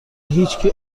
هیچکی